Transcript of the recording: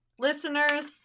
Listeners